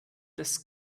des